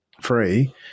free